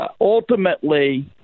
ultimately